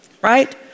Right